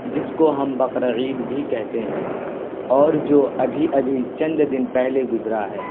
جس کو ہم بقر عید بھی کہتے ہیں اور جو ابھی ابھی چند دن پہلے گزرا ہے